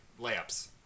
layups